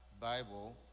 Bible